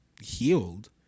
healed